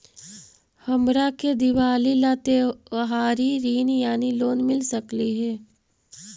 हमरा के दिवाली ला त्योहारी ऋण यानी लोन मिल सकली हे?